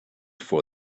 for